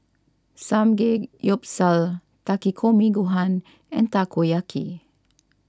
Samgeyopsal Takikomi Gohan and Takoyaki